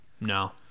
No